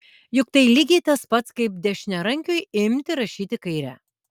juk tai lygiai tas pats kaip dešiniarankiui imti rašyti kaire